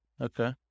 Okay